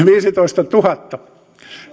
viisitoistatuhatta